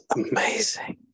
amazing